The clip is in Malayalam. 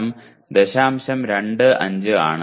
25 ആണ്